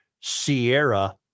Sierra